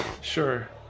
Sure